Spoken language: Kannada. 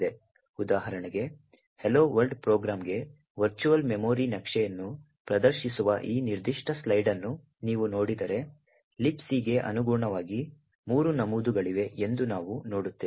ಉದಾಹರಣೆಗೆ Hello World ಪ್ರೋಗ್ರಾಂಗೆ ವರ್ಚುವಲ್ ಮೆಮೊರಿ ನಕ್ಷೆಯನ್ನು ಪ್ರದರ್ಶಿಸುವ ಈ ನಿರ್ದಿಷ್ಟ ಸ್ಲೈಡ್ ಅನ್ನು ನೀವು ನೋಡಿದರೆ Libc ಗೆ ಅನುಗುಣವಾಗಿ ಮೂರು ನಮೂದುಗಳಿವೆ ಎಂದು ನಾವು ನೋಡುತ್ತೇವೆ